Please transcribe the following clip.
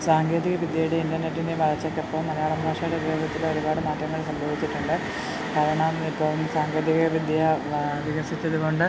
സാങ്കേതികവിദ്യയുടെയും ഇൻ്റർനെറ്റിനെയും വളർച്ചയ്ക്കൊപ്പം മലയാള ഭാഷയുടെ ഉപയോഗത്തിലും ഒരുപാട് മാറ്റങ്ങൾ സംഭവിച്ചിട്ടുണ്ട് കാരണം ഇപ്പം സാങ്കേതികവിദ്യ വികസിച്ചതുകൊണ്ട്